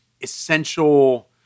essential